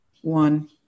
one